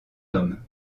homme